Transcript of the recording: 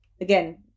again